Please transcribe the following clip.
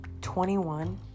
21